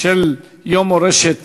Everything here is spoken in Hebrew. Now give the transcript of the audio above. של יום מורשת